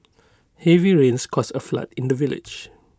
heavy rains caused A flood in the village